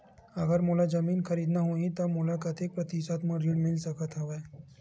अगर मोला जमीन खरीदना होही त मोला कतेक प्रतिशत म ऋण मिल सकत हवय?